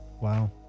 Wow